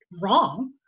wrong